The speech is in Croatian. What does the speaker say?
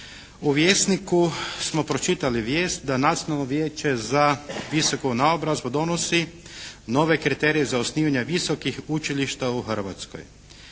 u Vjesniku smo pročitali vijest da Nacionalno vijeće za visoku naobrazbu donosi nove kriterije za osnivanje visokih učilišta u Hrvatskoj.